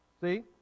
See